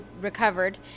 recovered